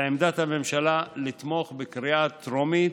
ועמדת הממשלה היא לתמוך בקריאה טרומית,